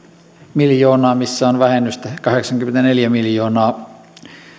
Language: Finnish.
miljoonaa missä on vähennystä kahdeksankymmentäneljä miljoonaa